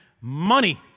money